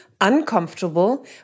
uncomfortable